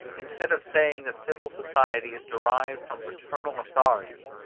instead of saying that civil society is derived from paternal authority,